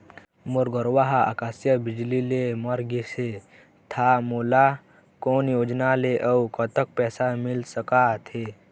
मोर गरवा हा आकसीय बिजली ले मर गिस हे था मोला कोन योजना ले अऊ कतक पैसा मिल सका थे?